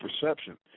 perception